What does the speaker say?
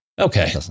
okay